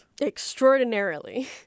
Extraordinarily